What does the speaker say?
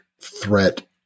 threat